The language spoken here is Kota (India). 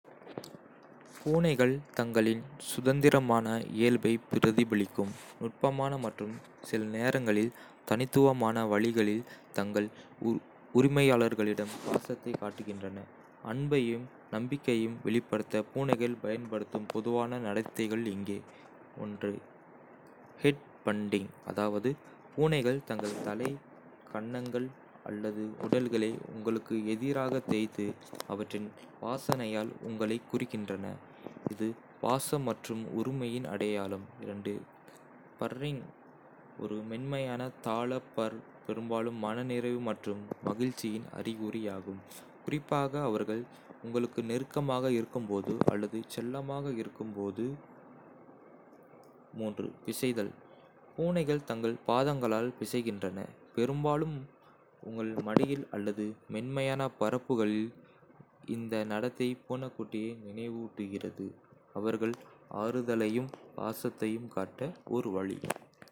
பூனைகள் தங்களின் சுதந்திரமான இயல்பைப் பிரதிபலிக்கும் நுட்பமான மற்றும் சில நேரங்களில் தனித்துவமான வழிகளில் தங்கள் உரிமையாளர்களிடம் பாசத்தைக் காட்டுகின்றன. அன்பையும் நம்பிக்கையையும் வெளிப்படுத்த பூனைகள் பயன்படுத்தும் பொதுவான நடத்தைகள் இங்கே:ஹெட் பன்டிங் (ஹெட்-பட்டிங்) பூனைகள் தங்கள் தலை, கன்னங்கள் அல்லது உடல்களை உங்களுக்கு எதிராகத் தேய்த்து, அவற்றின் வாசனையால் உங்களைக் குறிக்கின்றன. இது பாசம் மற்றும் உரிமையின் அடையாளம்.பர்ரிங் ஒரு மென்மையான, தாள பர்ர் பெரும்பாலும் மனநிறைவு மற்றும் மகிழ்ச்சியின் அறிகுறியாகும், குறிப்பாக அவர்கள் உங்களுக்கு நெருக்கமாக இருக்கும்போது அல்லது செல்லமாக இருக்கும் போது. பிசைதல் பூனைகள் தங்கள் பாதங்களால் பிசைகின்றன, பெரும்பாலும் உங்கள் மடியில் அல்லது மென்மையான பரப்புகளில். இந்த நடத்தை, பூனைக்குட்டியை நினைவூட்டுகிறது, அவர்கள் ஆறுதலையும் பாசத்தையும் காட்ட ஒரு வழி.